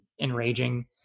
enraging